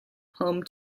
home